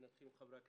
נתחיל עם חברי הכנסת,